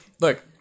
Look